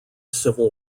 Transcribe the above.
civil